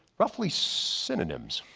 roughly synonyms.